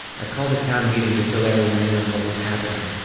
i called a town meeting to fill everyone in on what was happening.